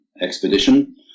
expedition